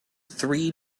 three